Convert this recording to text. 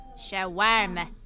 Shawarma